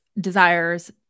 desires